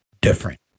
different